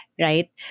right